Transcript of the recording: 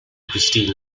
christine